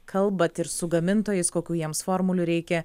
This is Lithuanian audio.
kalbat ir su gamintojais kokių jiems formulių reikia